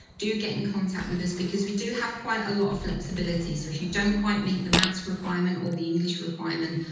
do get in contact with us because we do have quite a lot of flexibility. so if you don't quite meet the maths requirement or the english requirement,